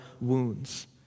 wounds